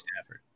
Stafford